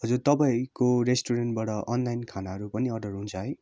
हजुर तपाईँको रेस्टुरेन्टबाट अनलाइन खानाहरू पनि अर्डर हुन्छ है